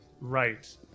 right